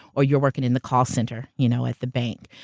or you're working in the call center you know at the bank.